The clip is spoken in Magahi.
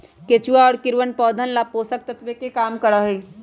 केचुआ और कीड़वन पौधवन ला पोषक तत्व के काम करा हई